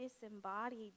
disembodied